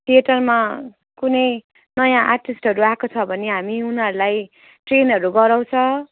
थिएटरमा कुनै नयाँ आर्टिस्टहरू आएको छ भने हामी उनीहरूलाई ट्रेनहरू गराउँछ